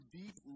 deep